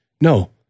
No